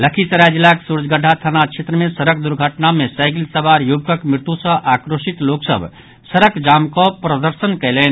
लखीसराय जिलाक सूर्यगढ़ा थाना क्षेत्र मे सड़क दुर्घटना मे साईकिल सवार युवकक मृत्यु सँ आक्रोशित लोक सभ सड़क जाम कऽ प्रदर्शन कयलनि